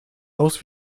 aus